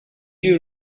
you